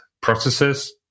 processes